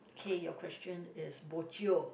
okay your question is bo jio